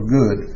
good